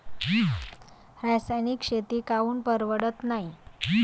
रासायनिक शेती काऊन परवडत नाई?